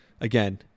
again